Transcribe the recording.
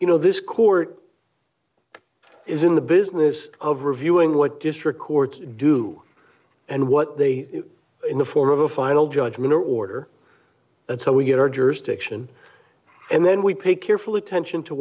you know this court is in the business of reviewing what district courts do and what they are in the form of a final judgment order that's how we get our jurisdiction and then we pay careful attention to